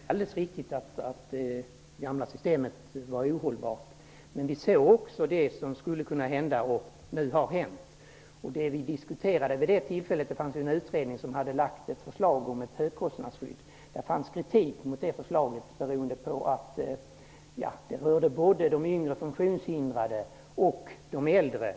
Fru talman! Det är alldeles riktigt att det gamla systemet var ohållbart. Vi såg också det som skulle kunna hända och som nu har hänt. Det fanns en utredning som hade lagt fram ett förslag om ett högkostnadsskydd. Det fanns vidare kritik mot det förslaget. Det rörde både yngre funktionshindrade och äldre.